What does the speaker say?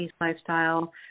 lifestyle